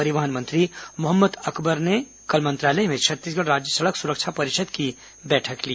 परिवहन मंत्री मोहम्मद अकबर ने कल मंत्रालय में छत्तीसगढ़ राज्य सड़क सुरक्षा परिषद की बैठक ली